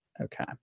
Okay